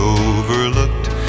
overlooked